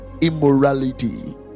immorality